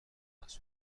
نقاط